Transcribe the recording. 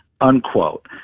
unquote